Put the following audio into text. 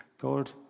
God